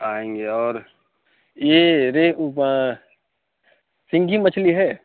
آئیں گے اور یہ سینگی مچھلی ہے